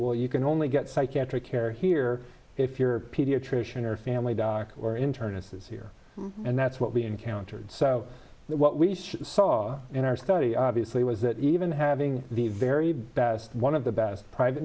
well you can only get psychiatric care here if your pediatrician or family dark or internist is here and that's what we encountered so what we should saw in our story obviously was that even having the very best one of the best private